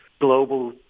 global